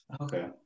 okay